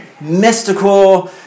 mystical